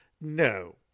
no